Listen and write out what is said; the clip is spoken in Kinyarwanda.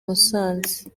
musanze